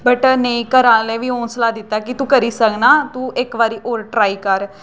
but नेईं घरै आह्लें बी हौंसला दित्ता कि तूं करी सकनां तूं इक बारी होर ट्राई कर